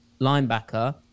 linebacker